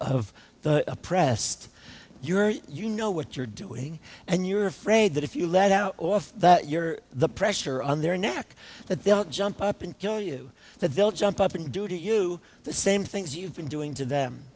of the oppressed you're you know what you're doing and you're afraid that if you let out off that you're the pressure on their neck that they'll jump up and kill you that they'll jump up and do to you the same things you've been doing to them